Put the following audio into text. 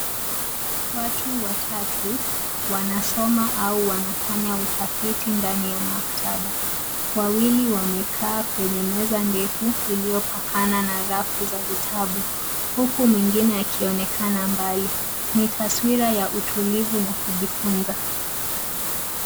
Watu watatu wanasoma au wanafanya utafiti ndani ya maktaba. Wawili wamekaa kwenye meza ndefu iliyopakana na rafu za vitabu, huku mwingine akionekana mbali. Ni taswira ya utulivu na kujifunza.